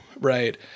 Right